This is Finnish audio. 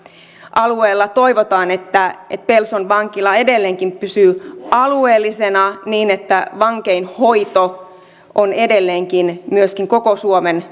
alueella toivotaan että että pelson vankila edelleenkin pysyy alueellisena niin että vankeinhoito on edelleenkin myöskin koko suomen